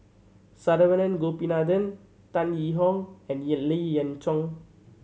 Saravanan Gopinathan Tan Yee Hong and Lien Ying Chow